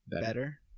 better